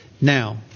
now